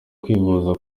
kwivuza